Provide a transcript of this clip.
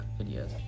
videos